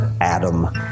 Adam